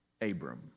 Abram